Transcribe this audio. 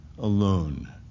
Alone